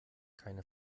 keine